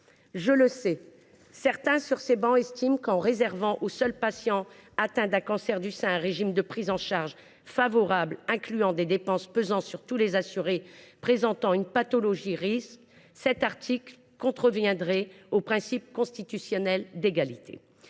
Je le sais, certains sur ces travées estiment qu’en réservant aux seuls patients atteints d’un cancer du sein un régime de prise en charge favorable, incluant des dépenses pesant sur tous les assurés présentant une pathologie lourde, cet article contreviendrait au principe constitutionnel d’égalité.